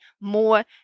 more